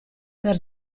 per